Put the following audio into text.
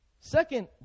Second